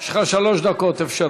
יש לך שלוש דקות.